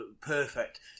perfect